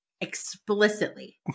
explicitly